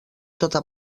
tota